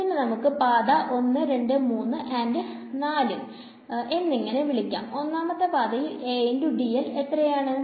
ഇതിനെ നമുക്ക് പാത 123 4 എന്നിങ്ങനെ വിളിക്കാം ഒന്നാമത്തെ പാതയിൽ എത്രയാണ്